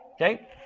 okay